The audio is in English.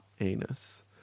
anus